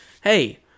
hey